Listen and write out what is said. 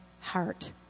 heart